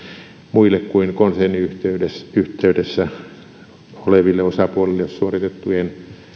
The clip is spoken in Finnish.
muille kuin konserniyhteydessä oleville osapuolille suoritettujen